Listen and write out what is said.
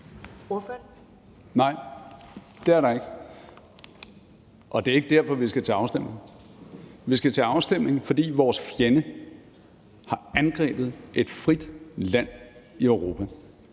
Nej, det er der ikke, og det er ikke derfor, vi skal til afstemning. Vi skal til afstemning, fordi vores fjende har angrebet et frit land i Europa.